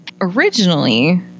originally